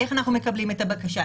איך אנחנו מקבלים את הבקשה,